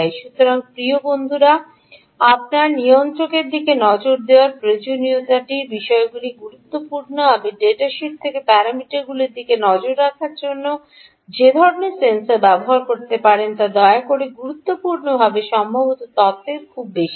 সুতরাং প্রিয় বন্ধুরা আপনার নিয়ন্ত্রকের দিকে নজর দেওয়ার প্রয়োজনীয়তার বিষয়টি গুরুত্বপূর্ণ আপনি ডেটা শিট থেকে প্যারামিটারগুলির দিকে নজর রাখার জন্য যে ধরণের সেন্সর ব্যবহার করতে পারেন তা দয়া করে গুরুত্বপূর্ণভাবে সম্ভবত তত্ত্বের খুব বেশি না